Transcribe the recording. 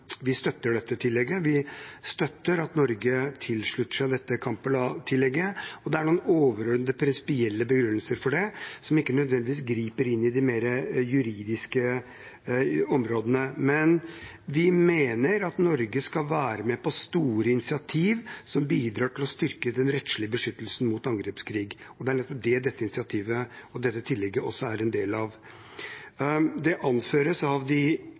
støtter dette tillegget. Vi støtter at Norge slutter seg til Kampala-tillegget. Det er noen overordnede prinsipielle begrunnelser for det som ikke nødvendigvis griper inn i de mer juridiske områdene, men vi mener at Norge skal være med på store initiativ som bidrar til å styrke den rettslige beskyttelsen mot angrepskrig. Det er nettopp det dette initiativet og dette tillegget også er en del av. Det anføres av både de